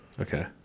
Okay